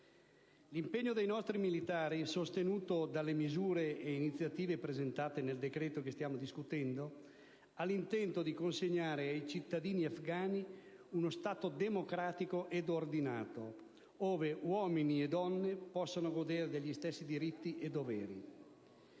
L'impegno dei nostri militari, sostenuto dalle misure e iniziative presentate nel decreto che stiamo discutendo, ha l'intento di consegnare ai cittadini afgani uno Stato democratico ed ordinato, ove uomini e donne possano godere degli stessi diritti e doveri.